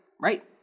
Right